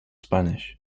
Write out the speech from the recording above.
spanish